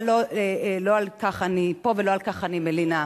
אבל לא על כך אני פה ולא על כך אני מלינה.